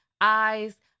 Eyes